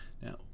Now